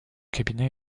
cabinet